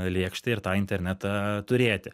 lėkštę ir tą internetą turėti